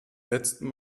letzten